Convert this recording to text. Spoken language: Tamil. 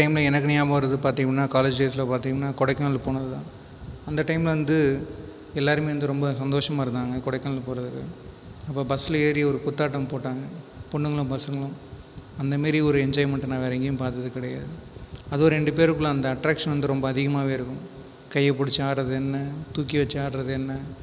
அந்த டைமில் எனக்கு ஞாபகம் வரது பார்த்தீங்கன்னா காலேஜ் டேஸில் பார்த்தீங்கன்னா கொடைக்கானல் போனது தான் அந்த டைமில் வந்து எல்லாருமே வந்து ரொம்ப சந்தோஷமாக இருந்தாங்கள் கொடைக்கானல் போகிறத்துக்கு அப்போ பஸில் ஏறி ஒரு குத்தாட்டம் போட்டாங்கள் பொண்ணுகளும் பசங்கங்களும் அந்த மாதிரி ஒரு என்ஜாய்மென்ட்டை நான் வேற எங்கேயும் பார்த்ததுக் கிடையது அதுவும் ரெண்டு பேருக்குள்ளே அந்த அட்ராக்க்ஷன் வந்து ரொம்ப அதிகமாகவே இருக்கும் கையை பிடிச்சு ஆடுகிறது என்ன தூக்கி வச்சு ஆடுகிறது என்ன